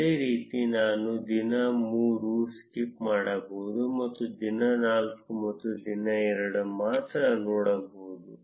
ಅದೇ ರೀತಿ ನಾನು ದಿನ 3 ಸ್ಕಿಪ್ ಮಾಡಬಹುದು ಮತ್ತು ದಿನ 4 ಮತ್ತು ದಿನ 2 ಮಾತ್ರ ನೋಡಬಹುದು